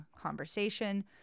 conversation